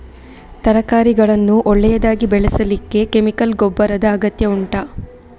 ತರಕಾರಿಗಳನ್ನು ಒಳ್ಳೆಯದಾಗಿ ಬೆಳೆಸಲಿಕ್ಕೆ ಕೆಮಿಕಲ್ ಗೊಬ್ಬರದ ಅಗತ್ಯ ಉಂಟಾ